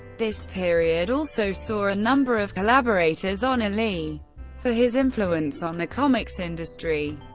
this period also saw a number of collaborators honor lee for his influence on the comics industry.